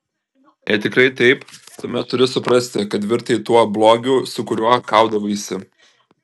jei tikrai taip tuomet turi suprasti kad virtai tuo blogiu su kuriuo kaudavaisi